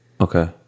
Okay